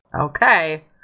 Okay